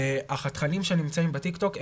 אך התכנים שנמצאים בטיק טוק,